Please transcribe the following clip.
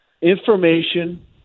information